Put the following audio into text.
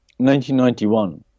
1991